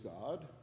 God